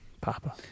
Papa